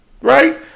Right